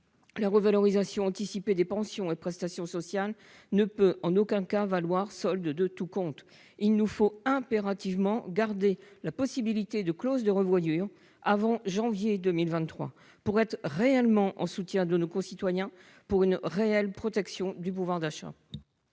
la revalorisation anticipée des pensions et des prestations sociales ne peut en aucun cas être acceptée pour solde de tout compte : il nous faut impérativement conserver la possibilité de clauses de revoyure avant janvier 2023, pour un réel soutien à nos concitoyens et une réelle protection de leur pouvoir d'achat.